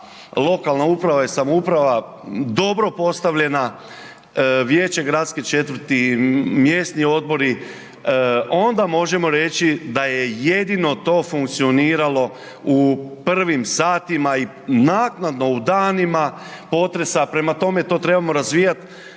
lokalna uprava i samouprava dobro postavljena, vijeće gradske četvrti, mjesni odbori, onda možemo reći da je jedino to funkcioniralo u prvim satima i naknadno u danima potresa, prema tome, to trebamo razvijat.